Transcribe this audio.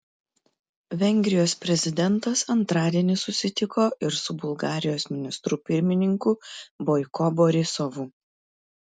vengrijos prezidentas antradienį susitiko ir su bulgarijos ministru pirmininku boiko borisovu